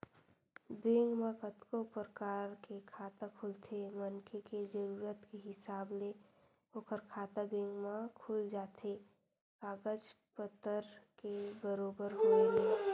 bank म कतको परकार के खाता खुलथे मनखे के जरुरत के हिसाब ले ओखर खाता बेंक म खुल जाथे कागज पतर के बरोबर होय ले